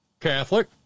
Catholic